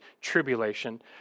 tribulation